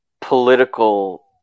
political